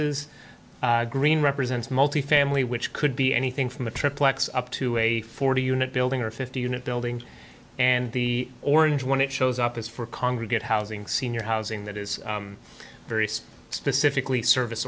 s green represents multifamily which could be anything from a triplex up to a forty unit building or fifty unit building and the orange one it shows up is for congregate housing senior housing that is very specifically service